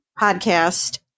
podcast